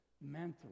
mentally